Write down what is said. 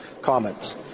comments